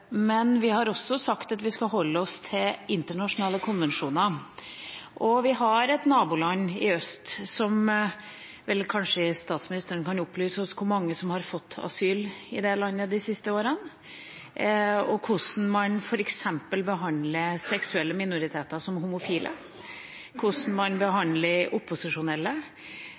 men vi har også sagt at vi skal holde oss til internasjonale konvensjoner. Vi har et naboland i øst – statsministeren kan kanskje opplyse oss om hvor mange som har fått asyl i det landet de siste årene, og hvordan man f.eks. behandler seksuelle minoriteter som homofile, hvordan man behandler opposisjonelle